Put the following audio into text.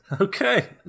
Okay